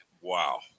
Wow